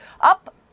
up